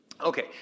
Okay